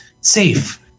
safe